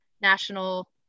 National